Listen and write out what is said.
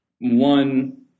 one